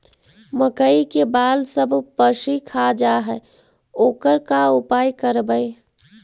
मकइ के बाल सब पशी खा जा है ओकर का उपाय करबै?